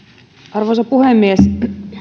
arvoisa puhemies